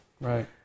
Right